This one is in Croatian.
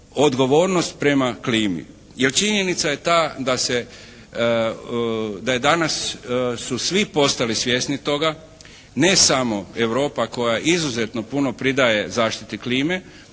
odgovornost prema klimi. Jer činjenica je ta da se, da je danas su svi postali svjesni toga. Ne samo Europa koja izuzetno puno pridaje zaštiti klime